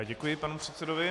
Děkuji panu předsedovi.